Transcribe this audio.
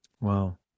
Wow